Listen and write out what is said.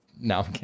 no